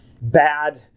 bad